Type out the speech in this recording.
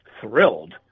thrilled